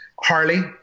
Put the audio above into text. Harley